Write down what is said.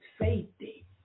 safety